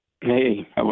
Hey